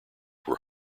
were